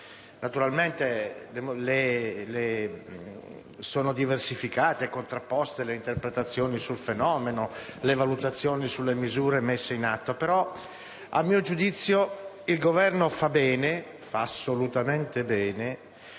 Naturalmente sono diversificate e contrapposte le interpretazioni sul fenomeno e le valutazioni sulle misure messe in atto, ma a mio giudizio il Governo fa assolutamente bene